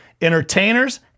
entertainers